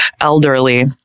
elderly